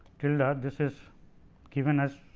tilde this is given as